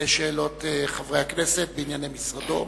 השאלות חברי הכנסת בענייני משרדו.